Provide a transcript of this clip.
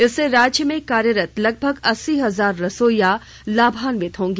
इससे राज्य में कार्यरत लगभग अस्सी हजार रसोइया लाभान्वित होंगी